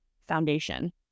foundation